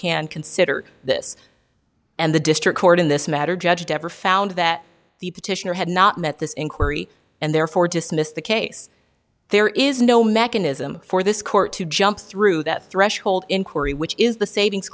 can consider this and the district court in this matter judge ever found that the petitioner had not met this inquiry and therefore dismissed the case there is no mechanism for this court to jump through that threshold inquiry which is the savings